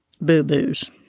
boo-boos